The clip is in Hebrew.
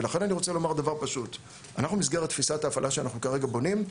לכן אני רוצה לומר דבר פשוט: במסגרת תפיסת ההפעלה שאנחנו כרגע בונים,